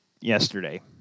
yesterday